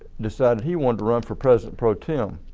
decided he wanted to run for president pro-tem.